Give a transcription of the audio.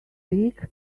week